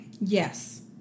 Yes